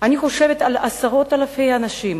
אני חושבת על עשרות אלפי הנשים